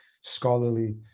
scholarly